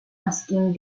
asking